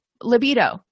Libido